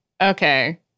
Okay